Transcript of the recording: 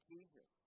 Jesus